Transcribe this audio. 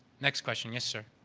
next question. yes, sir?